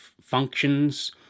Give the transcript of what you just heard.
functions